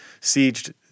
sieged